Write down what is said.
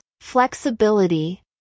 flexibility